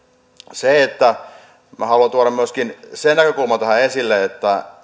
minä haluan tuoda myöskin sen näkökulman tähän esille